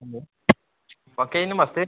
hello Pankaj ji नमस्ते